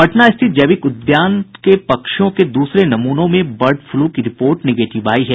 पटना स्थित जैविक उद्यान से पक्षियों के दूसरे नमूनों में बर्ड फ्लू की रिपोर्ट निगेटिव आई है